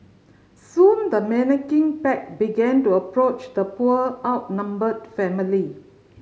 soon the menacing pack began to approach the poor outnumbered family